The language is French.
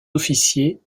officier